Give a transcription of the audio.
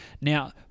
Now